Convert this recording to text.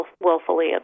willfully